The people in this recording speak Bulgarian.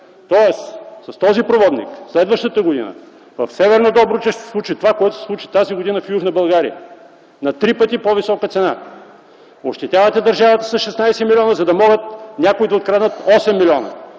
с този проводник следващата година в Северна Добруджа ще се случи това, което се случи тази година в Южна България, на три пъти по-висока цена! Ощетявате държавата с 16 милиона, за да могат някои да откраднат 8 милиона!